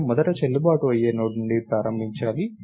నేను మొదటి చెల్లుబాటు అయ్యే నోడ్ నుండి ప్రారంభించాలి